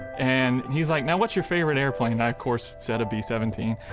and he's like, now what's your favorite airplane? i, of course, said a b seventeen,